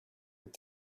with